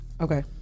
Okay